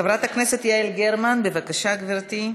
חברת הכנסת יעל גרמן, בבקשה, גברתי.